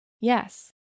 yes